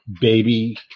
baby